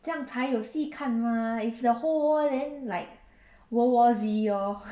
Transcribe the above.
这样才有戏看 mah if the whole world then like world war Z lor